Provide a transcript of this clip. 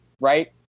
right